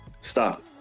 stop